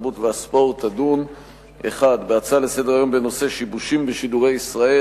התרבות והספורט תדון בהצעות לסדר-היום בנושא: שיבושים בשידורי ישראל,